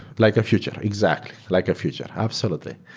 like a future. exactly. like a future. absolutely.